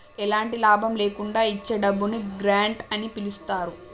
ఎలాంటి లాభం లేకుండా ఇచ్చే డబ్బును గ్రాంట్ అని పిలుత్తారు